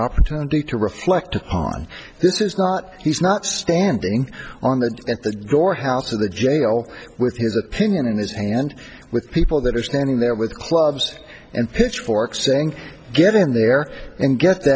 opportunity to reflect upon this is not he's not standing on the at the door house of the jail with his opinion in his hand with people that are standing there with clubs and pitchforks saying get in there and get th